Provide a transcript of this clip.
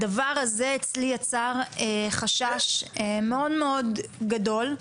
הדבר הזה יצר אצלי חשש מאוד מאוד גדול.